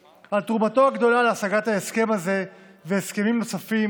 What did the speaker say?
על תרומתו הגדולה להשגת ההסכם הזה והסכמים נוספים,